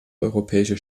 europäische